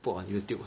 put on Youtube